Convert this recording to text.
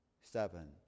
seven